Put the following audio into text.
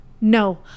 No